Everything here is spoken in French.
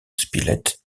spilett